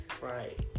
Right